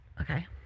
Okay